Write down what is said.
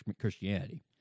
Christianity